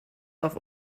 auf